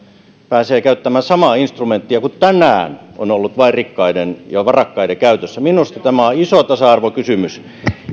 pääsee käyttämään samaa intrumenttia joka tänään on ollut vain rikkaiden ja varakkaiden käytössä minusta tämä on iso tasa arvokysymys